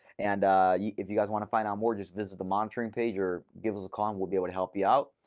and if you guys want to find out more, just visit the monitoring page or give us a call and we'll be able to help you out.